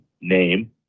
name